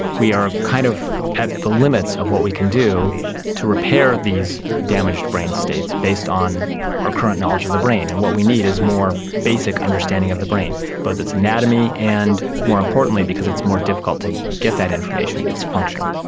we are kind of at the limits of what we can do to repair these damaged brain states based on our current knowledge of the brain. and what we need is more basic understanding of the brain, both its anatomy and more importantly because it's more difficult to get that information, its function.